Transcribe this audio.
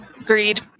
Agreed